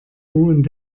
und